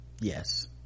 yes